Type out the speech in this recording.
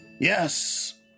Yes